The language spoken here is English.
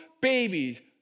babies